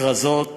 כרזות